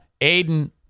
Aiden